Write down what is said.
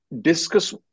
discuss